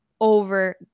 over